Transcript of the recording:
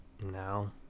no